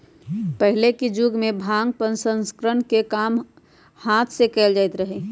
पहिलुक जुगमें भांग प्रसंस्करण के काम हात से कएल जाइत रहै